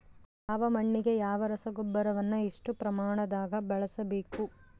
ಯಾವ ಮಣ್ಣಿಗೆ ಯಾವ ರಸಗೊಬ್ಬರವನ್ನು ಎಷ್ಟು ಪ್ರಮಾಣದಾಗ ಬಳಸ್ಬೇಕು?